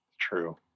True